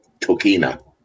Tokina